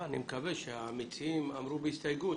אני מקווה שהמציעים אמרו בהסתייגות,